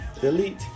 delete